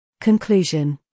Conclusion